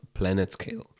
PlanetScale